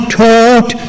taught